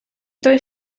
той